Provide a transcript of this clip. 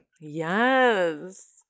Yes